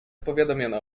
powiadomiono